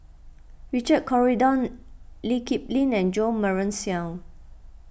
Richard Corridon Lee Kip Lin and Jo Marion Seow